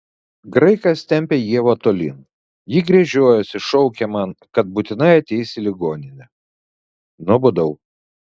graikas tempė ievą tolyn ji gręžiojosi šaukė man kad būtinai ateis į ligoninę nubudau